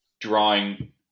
drawing